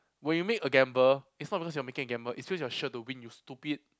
when you make a gamble it's not because you're making a gamble it's because you're sure to win you stupid